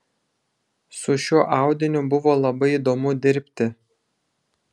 su šiuo audiniu buvo labai įdomu dirbti